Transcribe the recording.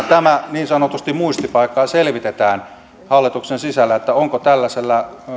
niin sanotusti muistipaikkaan ja selvitetään hallituksen sisällä onko tällaiselle